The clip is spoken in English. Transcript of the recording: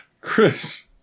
Chris